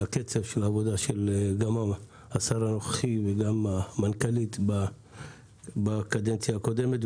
לקצב של העבודה של השר הנוכחי ושל המנכ"לית בקדנציה הקודמת.